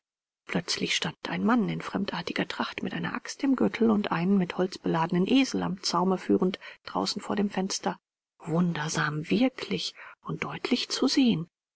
plötzlich stand ein mann in fremdartiger tracht mit einer axt im gürtel und einen mit holz beladenen esel am zaume führend draußen vor dem fenster wundersam wirklich und deutlich zu sehen